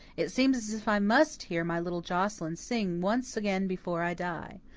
it seems as if i must hear my little joscelyn sing once again before i die.